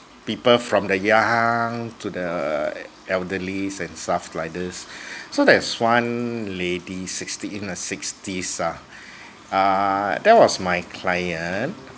people from the young to the elderly and stuff like this so there's one lady sixty in her sixties ah uh that was my client